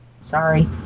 Sorry